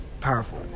Powerful